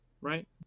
right